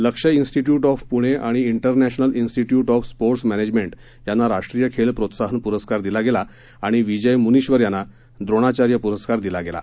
लक्ष institute of Pune आणि international institute of sports management यांना राष्ट्रीय खेल प्रोत्साहन प्रस्कार दिला गेला आणि विजय म्निश्वर यांना द्रोणाचार्य प्रस्कार दिला गेला